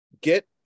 get